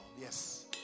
Yes